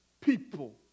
people